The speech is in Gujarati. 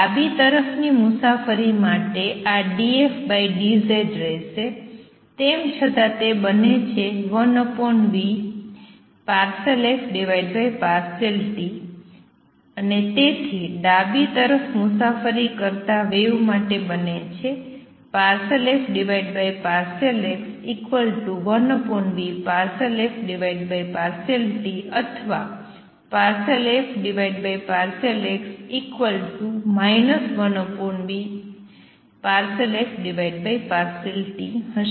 ડાબી તરફની મુસાફરી માટે આ d f d z રહે છે તેમ છતાં તે બને છે 1v∂f∂t અને તેથી ડાબી તરફ મુસાફરી કરતા વેવ માટે બને છે ∂f∂x 1v∂f∂t અથવા ∂f∂x 1v∂f∂t હશે